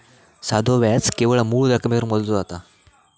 साधो व्याज केवळ मूळ रकमेवर मोजला जाता